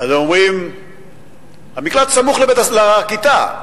הוא סמוך לכיתה.